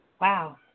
Wow